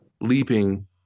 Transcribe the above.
leaping